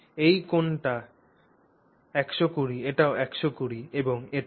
এই কোণটি 120 এটিও 120 এবং এটিও